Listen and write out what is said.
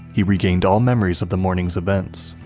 he regained all memories of the morning's events.